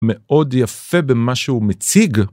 מאוד יפה במה שהוא מציג.